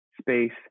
space